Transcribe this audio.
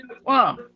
Wow